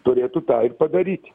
turėtų tą ir padaryti